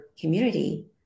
community